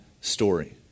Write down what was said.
story